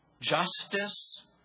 justice